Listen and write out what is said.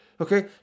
Okay